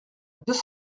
deux